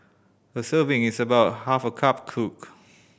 a serving is about half cup cooked